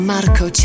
Marco